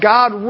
God